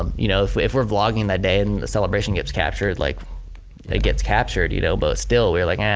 um you know if if we're vlogging that day and the celebration gets captured, like it gets captured. you know but still we were like, yeah